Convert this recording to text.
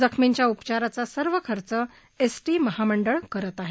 जखमींच्या उपचाराचा सर्व खर्च एसटी महामंडळ करत आहे